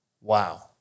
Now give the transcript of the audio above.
Wow